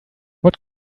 what